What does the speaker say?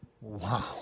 Wow